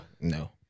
No